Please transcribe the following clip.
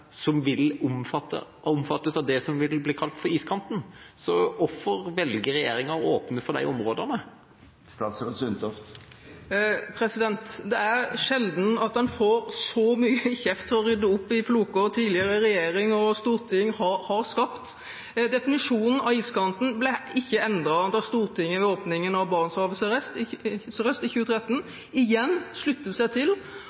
som vil omfattes av det som vil bli kalt for iskanten. Hvorfor velger regjeringa å åpne for de områdene? Det er sjelden at en får så mye kjeft for å rydde opp i floker tidligere regjering og storting har skapt. Definisjonen av iskanten ble ikke endret da Stortinget ved åpningen av Barentshavet sørøst i 2013 igjen sluttet seg til